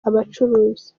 abacuruzi